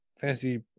fantasy